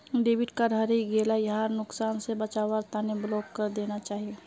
debit card हरई गेला यहार नुकसान स बचवार तना ब्लॉक करे देना चाहिए